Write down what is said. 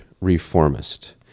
reformist